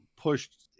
pushed